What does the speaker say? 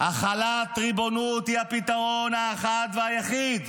החלת ריבונות היא הפתרון האחד והיחיד.